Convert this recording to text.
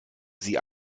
sie